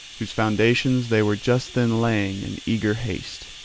whose foundations they were just then laying in eager haste.